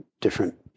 different